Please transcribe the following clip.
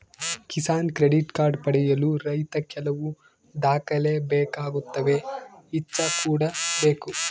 Kisan credit card ಪಡೆಯಲು ರೈತ ಕೆಲವು ದಾಖಲೆ ಬೇಕಾಗುತ್ತವೆ ಇಚ್ಚಾ ಕೂಡ ಬೇಕು